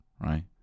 right